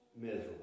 miserable